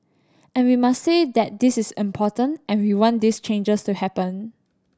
and we must say that this is important and we want these changes to happen